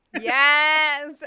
Yes